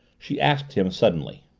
she asked him suddenly.